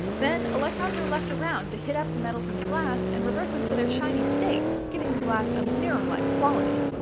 then electrons are left around to hit up the metals in the glass and revert them to their shiny state, giving the glass a mirror-like quality.